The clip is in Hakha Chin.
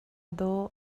dawh